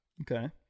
Okay